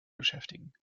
beschäftigen